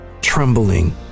Trembling